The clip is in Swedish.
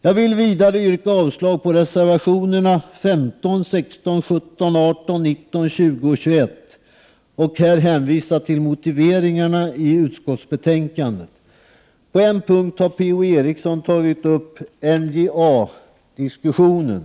Jag vill vidare yrka avslag på reservationerna 15, 16, 17, 18, 19, 20 och 21 och när det gäller motiveringarna hänvisa till utskottsbetänkandet. På en punkt har Per-Ola Eriksson tagit upp NJA-diskussionen.